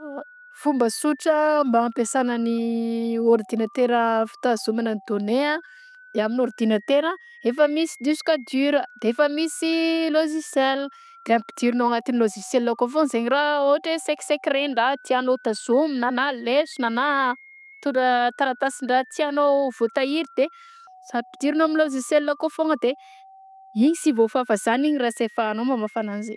Fomba sotra mba ampiasana ny ordinatera fitazomana données a de amin'ny ordinatera efa misy diska dur de efa misy logiciel, de ampidirinao ao agnatin'ny logiciel akao foagna zay raha ôhatr'e sec- secret ndraha tianao tazomina na lesona na t- ra- taratasy ndraha tianao ho vaotahiry de ampidirinao amy logiciel akao foagna de igny sy voafafa zany izy raha sy rehefa anao mamafa ananjy.